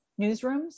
Newsrooms